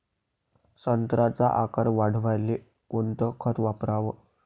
संत्र्याचा आकार वाढवाले कोणतं खत वापराव?